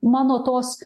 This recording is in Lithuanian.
mano tos